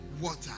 water